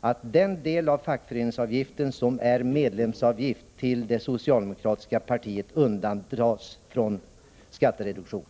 att riksdagen beslutar att den del av fackföreningsavgiften som är medlemsavgift till det socialdemokratiska partiet undantas från skattereduktion.